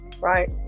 right